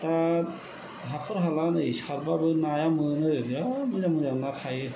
दा हाखर हाला नै सारबाबो नाया मोनो बेराद मोजां मोजां ना थायो